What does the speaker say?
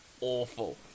awful